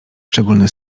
szczególny